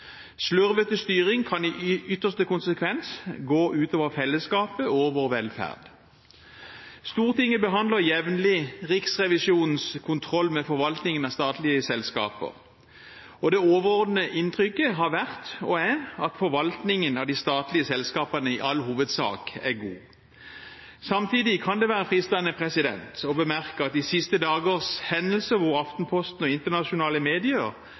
Slurvete styring kan i ytterste konsekvens gå ut over fellesskapet og vår velferd. Stortinget behandler jevnlig Riksrevisjonens kontroll med forvaltningen av statlige selskaper, og det overordnede inntrykket har vært, og er, at forvaltningen av de statlige selskapene i all hovedsak er god. Samtidig kan det være fristende å bemerke at de siste dagers hendelser, hvor Aftenposten og internasjonale medier